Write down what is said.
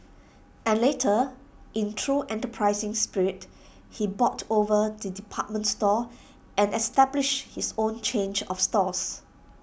and later in true enterprising spirit he bought over the department store and established his own change of stores